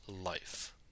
life